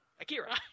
Akira